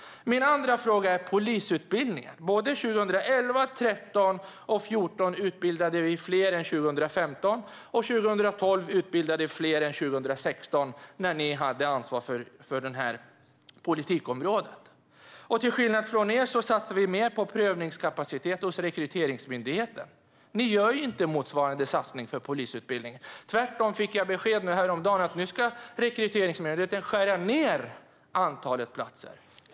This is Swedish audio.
Min andra fråga gäller polisutbildningen. Åren 2011, 2013 och 2014 utbildades fler än under 2015, och 2012 utbildades fler än under 2016, då ni hade ansvar för det här politikområdet. Till skillnad från er satsar vi mer på prövningskapacitet hos Rekryteringsmyndigheten. Ni gör inte motsvarande satsning på polisutbildningen. Tvärtom fick jag besked häromdagen om att nu ska Rekryteringsmyndigheten skära ned antalet platser.